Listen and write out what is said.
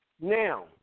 Now